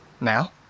Now